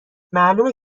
معلومه